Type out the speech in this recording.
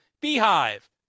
Beehive